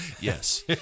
Yes